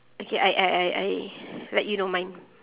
okay I I I I let you know mine